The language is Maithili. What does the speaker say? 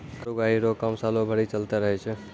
कर उगाही रो काम सालो भरी चलते रहै छै